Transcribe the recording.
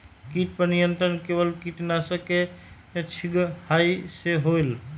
किट पर नियंत्रण केवल किटनाशक के छिंगहाई से होल?